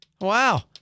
Wow